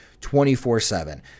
24-7